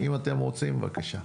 אם אתם רוצים, בבקשה.